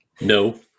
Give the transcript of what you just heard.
No